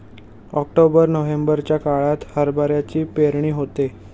October नोव्हेंबरच्या काळात हरभऱ्याची पेरणी होते